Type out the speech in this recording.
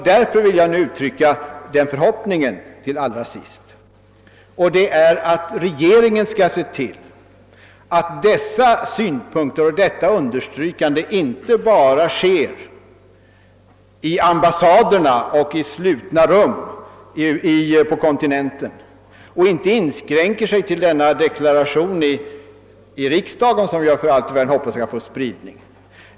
Därför vill jag till sist uttrycka förhoppningen att regeringen skall se till att synpunkterna på frågan inte bara understryks på ambassaderna och i slutna rum på kontinenten och att regeringen inte heller inskränker sig till denna deklaration i riksdagen, som jag naturligtvis hoppas skall få spridning.